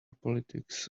politics